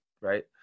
right